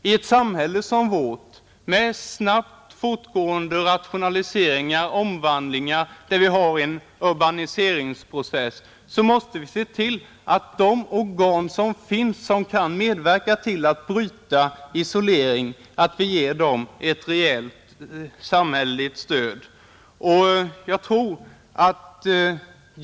I ett samhälle som vårt, med snabbt fortgående omvandlingar och där vi har en urbaniseringsprocess, måste vi se till att de organ som finns kan medverka till att bryta den isolering som lätt uppstår.